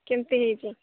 କେମିତି ହେଇଛି